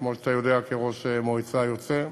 כמו שאתה יודע כראש מועצה יוצא,